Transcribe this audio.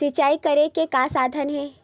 सिंचाई करे के का साधन हे?